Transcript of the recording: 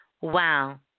Wow